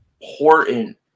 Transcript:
important